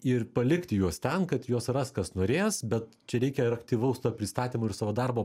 ir palikti juos ten kad juos ras kas norės bet čia reikia ir aktyvaus pristatymo ir savo darbo